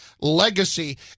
legacy